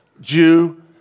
Jew